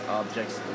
objects